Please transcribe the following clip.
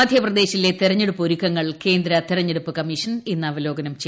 മധ്യപ്രദേശിലെ തെരഞ്ഞെടുപ്പ് ഒരുക്കങ്ങൾ കേന്ദ്ര തെരഞ്ഞെടുപ്പ് കമ്മീഷൻ ഇന്ന് അവലോകനം ചെയ്യും